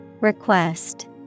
Request